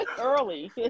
early